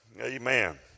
Amen